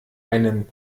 einen